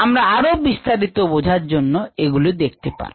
তোমরা আরো বিস্তারিত বোঝার জন্য এগুলো দেখতে পারো